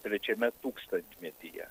trečiame tūkstantmetyje